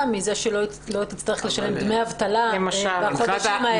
מזה שהיא לא תצטרך לשלם דמי אבטלה בחודשים האלה.